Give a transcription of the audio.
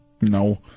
No